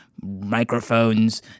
microphones